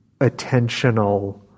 attentional